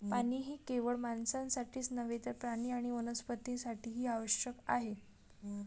पाणी हे केवळ माणसांसाठीच नव्हे तर प्राणी आणि वनस्पतीं साठीही आवश्यक आहे